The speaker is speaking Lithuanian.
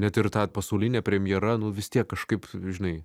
net ir ta pasaulinė premjera nu vis tiek kažkaip žinai